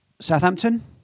Southampton